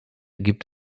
gibt